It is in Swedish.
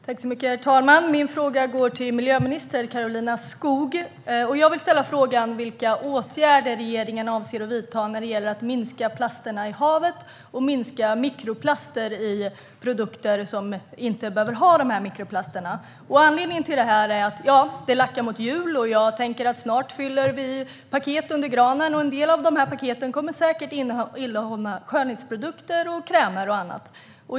Herr talman! Min fråga går till miljöminister Karolina Skog och gäller vilka åtgärder regeringen avser att vidta när det gäller att minska plasterna i havet och minska mikroplaster i produkter som inte behöver ha dessa mikroplaster. Anledningen är att det lackar mot jul. Snart lägger vi paket under granen, och jag tänker mig att en del av paketen säkert kommer att innehålla skönhetsprodukter, krämer och annat.